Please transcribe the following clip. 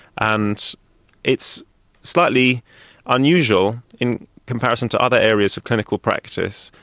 and it's slightly unusual in comparison to other areas of clinical practice.